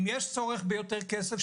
אם יש צורך ביותר כסף,